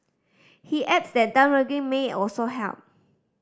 he adds that may also help